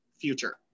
future